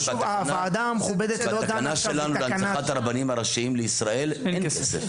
בתקנה שלנו להנצחת הרבנים הראשיים לישראל אין כסף.